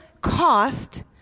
cost